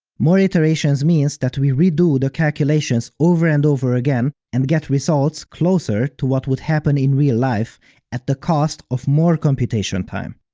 more iterations means that we redo the calculations over and over again, and get results closer to what would happen in real life at the cost of more computation time.